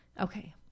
okay